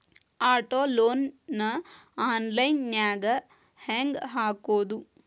Auto loan ನ online ನ್ಯಾಗ್ ಹೆಂಗ್ ಹಾಕೊದು?